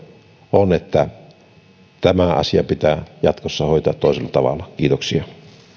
on että tämä asia pitää jatkossa hoitaa toisella tavalla kiitoksia